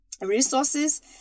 resources